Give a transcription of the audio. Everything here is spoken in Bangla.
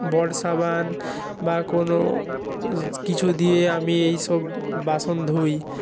বড় সাবান বা কোনও কিছু দিয়ে আমি এইসব বাসন ধুই